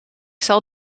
zal